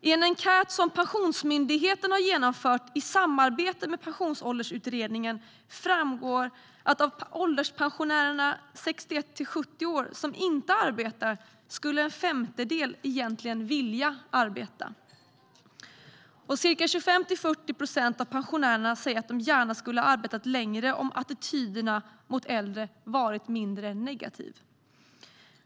I en enkät som Pensionsmyndigheten har genomfört i samarbete med Pensionsåldersutredningen framgår att av ålderspensionärerna 61-70 år som inte arbetar skulle en femtedel egentligen vilja arbeta - och ca 25-40 procent av pensionärerna säger att de gärna skulle ha arbetat längre om attityderna mot äldre varit mindre negativa.